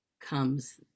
comes